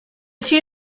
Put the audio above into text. two